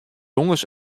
jonges